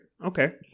Okay